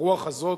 הרוח הזאת,